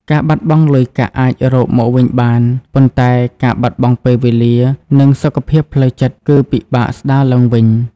ការបាត់បង់លុយកាក់អាចរកមកវិញបាន ប៉ុន្តែការបាត់បង់ពេលវេលា និងសុខភាពផ្លូវចិត្តគឺពិបាកស្តារឡើងវិញ។